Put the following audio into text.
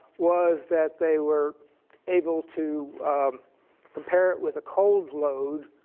was that they were able to compare it with a cold load,